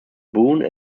boone